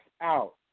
out